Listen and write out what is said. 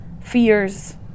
fears